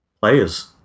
players